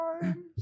time